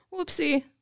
Whoopsie